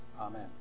Amen